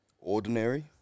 Ordinary